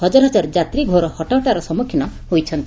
ହଜାର ହଜାର ଯାତ୍ରୀ ଘୋର ହଟହଟାର ସମ୍ମୁଖୀନ ହୋଇଛନ୍ତି